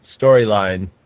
storyline